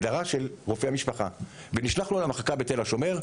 הגדרה של רופא המשפחה ונשלחה למחלקה בתל-השומר.